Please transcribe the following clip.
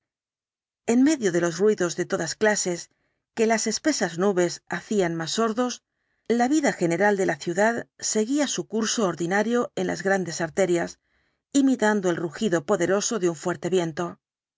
en medio de los ruidos de todas clases que las espesas nubes hacían más sordos la vida general de la ciudad seguía su curso ordinario en las grandes arterias imitando el rugido poderoso de un fuerte viento